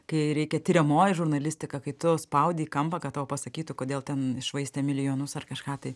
kai reikia tiriamoji žurnalistika kai tu spaudi į kampą kad tau pasakytų kodėl ten iššvaistė milijonus ar kažką tai